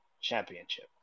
Championship